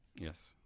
Yes